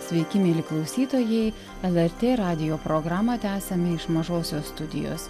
sveiki mieli klausytojai lrt radijo programą tęsiame iš mažosios studijos